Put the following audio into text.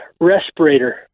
respirator